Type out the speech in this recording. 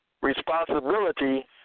responsibility